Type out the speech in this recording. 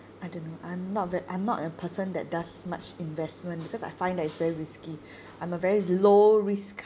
i don't know I'm not ve~ I'm not a person that does much investment because I find that it's very risky I'm a very low risk